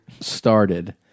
started